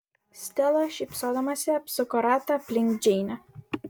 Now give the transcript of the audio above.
stela šypsodamasi apsuko ratą aplink džeinę